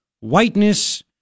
whiteness